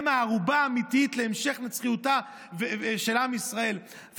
הן הערובה האמיתית להמשך נצחיותו של עם ישראל,